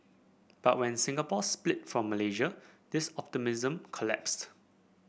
but when Singapore split from Malaysia this optimism collapsed